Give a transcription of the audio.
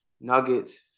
Nuggets